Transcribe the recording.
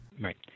Right